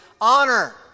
honor